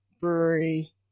brewery